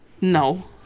No